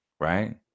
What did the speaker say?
right